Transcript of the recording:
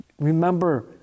Remember